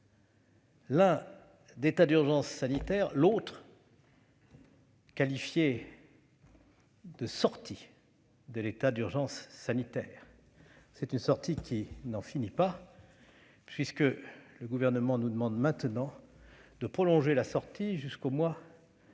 l'un d'état d'urgence sanitaire, l'autre qualifié de « sortie » de l'état d'urgence sanitaire. Mais c'est une sortie qui n'en finit pas, puisque le Gouvernement nous demande maintenant de prolonger ladite sortie jusqu'au mois